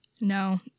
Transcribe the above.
No